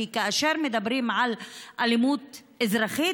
כי כאשר מדברים על אלימות אזרחית,